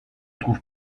trouve